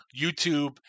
YouTube